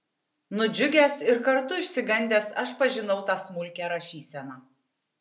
nudžiugęs ir kartu išsigandęs aš pažinau tą smulkią rašyseną